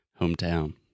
hometown